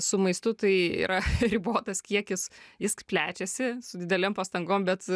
su maistu tai yra ribotas kiekis jis plečiasi su didelėm pastangom bet